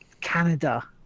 Canada